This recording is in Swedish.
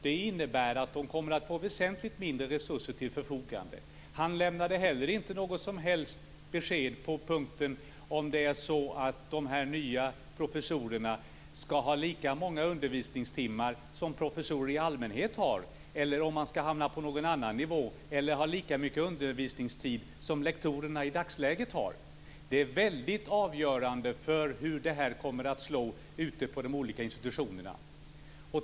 Det innebär att man kommer att få väsentligt mindre resurser till sitt förfogande. Han lämnade inte heller något som helst besked när det gäller punkten om huruvida de nya professorerna skall ha lika många undervisningstimmar som professorer i allmänhet har, om man skall hamna på någon annan nivå eller om man skall ha lika mycket undervisningstid som lektorerna i dagsläget har. Detta är väldigt avgörande för hur det här kommer att slå ute på de olika institutionerna.